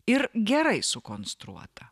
ir gerai sukonstruota